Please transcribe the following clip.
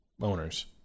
owners